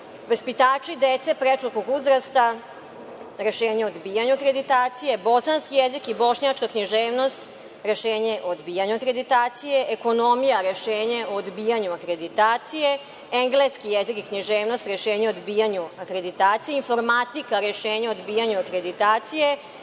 vaspitači dece predškolskog uzrasta – rešenje o odbijanju akreditacije, bosanski jezik i bošnjačka književnost – rešenje o odbijanju akreditacije, ekonomija – rešenje o odbijanju akreditacije, engleski jezik i književnost – rešenje o odbijanju akreditacije, informatika - rešenje o odbijanju akreditacije,